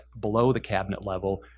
below the cabinet level.